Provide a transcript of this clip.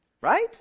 Right